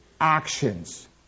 actions